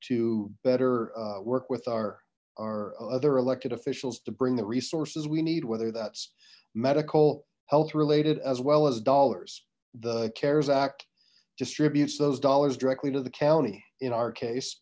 to better work with our other elected officials to bring the resources we need whether that's medical health related as well as dollars the cares act distributes those dollars directly to the county in our case